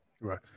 Right